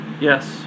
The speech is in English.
Yes